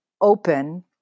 open